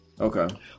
Okay